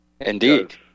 Indeed